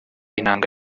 inanga